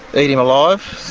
eat him alive,